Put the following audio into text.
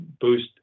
boost